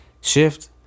shift